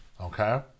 okay